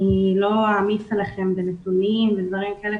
אני לא אעמיס עליכם בנתונים ודברים כאלה,